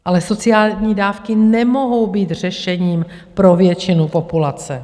Ale sociální dávky nemohou být řešením pro většinu populace.